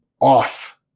off